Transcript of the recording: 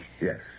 Yes